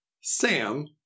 Sam